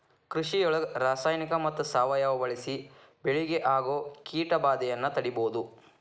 ಕೃಷಿಯೊಳಗ ರಾಸಾಯನಿಕ ಮತ್ತ ಸಾವಯವ ಬಳಿಸಿ ಬೆಳಿಗೆ ಆಗೋ ಕೇಟಭಾದೆಯನ್ನ ತಡೇಬೋದು